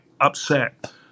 upset